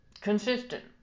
consistent